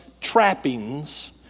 trappings